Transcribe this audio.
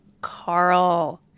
Carl